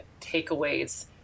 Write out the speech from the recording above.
takeaways